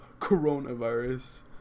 coronavirus